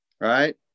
right